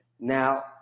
Now